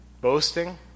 boasting